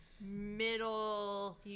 middle